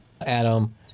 Adam